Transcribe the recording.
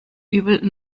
übel